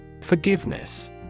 Forgiveness